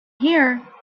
here